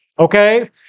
Okay